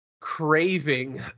Craving